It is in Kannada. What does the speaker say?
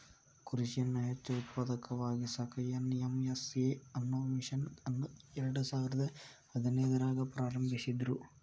ಕೃಷಿಯನ್ನ ಹೆಚ್ಚ ಉತ್ಪಾದಕವಾಗಿಸಾಕ ಎನ್.ಎಂ.ಎಸ್.ಎ ಅನ್ನೋ ಮಿಷನ್ ಅನ್ನ ಎರ್ಡಸಾವಿರದ ಹದಿನೈದ್ರಾಗ ಪ್ರಾರಂಭಿಸಿದ್ರು